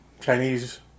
Chinese